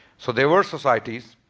so there were societies.